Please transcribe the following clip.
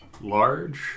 large